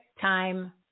time